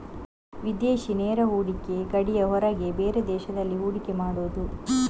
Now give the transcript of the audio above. ವಿದೇಶಿ ನೇರ ಹೂಡಿಕೆ ಗಡಿಯ ಹೊರಗೆ ಬೇರೆ ದೇಶದಲ್ಲಿ ಹೂಡಿಕೆ ಮಾಡುದು